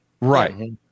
Right